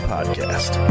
Podcast